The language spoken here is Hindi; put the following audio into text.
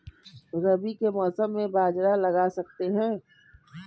रवि के मौसम में बाजरा लगा सकते हैं?